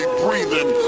breathing